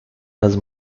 las